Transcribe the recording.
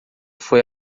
foi